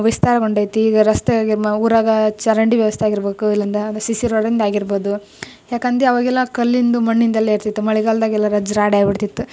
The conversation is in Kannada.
ವಿಸ್ತಾರಗೊಂಡೈತೆ ಈಗ ರಸ್ತೆ ಆಗಿ ಊರಾಗೆ ಚರಂಡಿ ವ್ಯವಸ್ಥೆ ಆಗಿರ್ಬೇಕು ಇಲ್ಲಿಂದ ಸಿ ಸಿ ರೋಡಿಂದು ಆಗಿರ್ಬೋದು ಯಾಕೆಂದಿ ಆವಾಗೆಲ್ಲ ಕಲ್ಲಿಂದು ಮಣ್ಣಿಂದೆಲ್ಲ ಇರ್ತಿತ್ತು ಮಳೆಗಾಲ್ದಾಗೆಲ್ಲ ರಜ್ಜು ರಾಡಿ ಆಗ್ಬಿಡ್ತಿತ್ತು